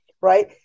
right